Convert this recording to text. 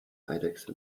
eidechse